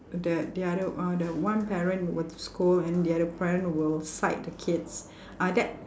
the the other uh the one parent were to scold and the other parent will side the kids ah that